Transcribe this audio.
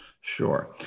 Sure